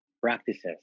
practices